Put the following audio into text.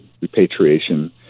repatriation